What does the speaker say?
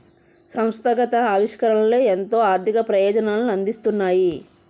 సంస్థాగత ఆవిష్కరణలే ఎంతో ఆర్థిక ప్రయోజనాలను అందిస్తున్నాయి